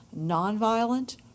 nonviolent